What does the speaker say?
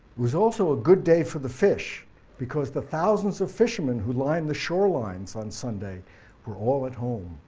was also a good day for the fish because the thousands of fishermen who line the shorelines on sunday were all at home.